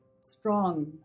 strong